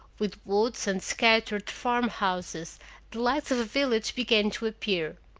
with woods and scattered farmhouses, the lights of a village began to appear.